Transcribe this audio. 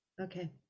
Okay